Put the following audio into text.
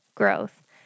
growth